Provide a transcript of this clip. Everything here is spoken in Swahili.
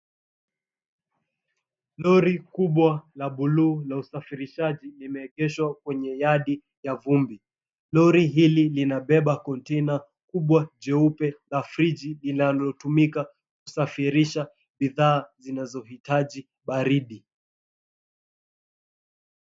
Lori kubwa la buluu la usafirishaji limeegeshwa kwenye yadi ya vumbi. Lori hili linabeba kontena kubwa jeupe na friji inayotumika kusafirisha bidhaa zinazohitaji baridi.